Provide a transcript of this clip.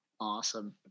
awesome